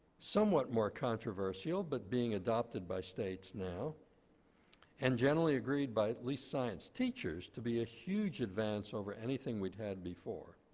somewhat more controversial, but being adopted by states now and generally agreed by at least science teachers to be a huge advance over anything we'd had before.